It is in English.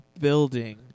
building